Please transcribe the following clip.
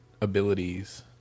abilities